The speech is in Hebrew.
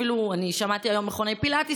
אפילו שמעתי היום על מכוני פילאטיס,